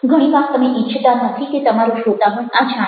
ઘણી વાર તમે ઈચ્છતા નથી કે તમારો શ્રોતાગણ આ જાણે